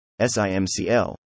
SIMCL